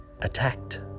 attacked